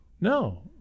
No